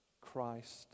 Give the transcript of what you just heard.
Christ